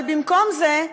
אבל במקום זה,